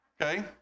okay